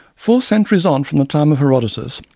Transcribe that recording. four centuries on from the time of herodotus,